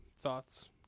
thoughts